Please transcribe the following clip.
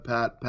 Pat